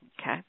okay